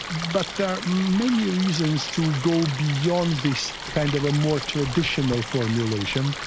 but there are many reasons to go beyond this kind of a more traditional formulation,